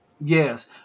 Yes